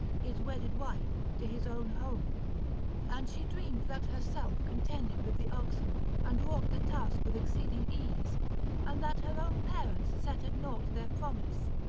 his wedded wife, to his own home and she dreamed that herself contended with the oxen and wrought the task with exceeding ease and that her own parents set at naught their promise,